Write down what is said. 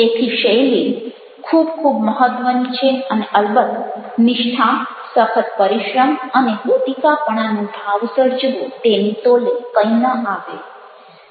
તેથી શૈલી ખૂબ ખૂબ મહત્ત્વની છે અને અલબત્ત નિષ્ઠા સખત પરિશ્રમ અને પોતીકાપણાનો ભાવ સર્જવો તેની તોલે કંઈ ન આવે